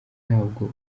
ntabwo